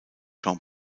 jean